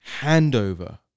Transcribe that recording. handover